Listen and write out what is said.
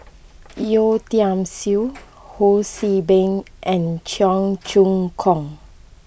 Yeo Tiam Siew Ho See Beng and Cheong Choong Kong